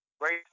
Right